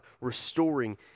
restoring